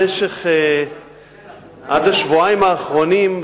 עד השבועיים האחרונים,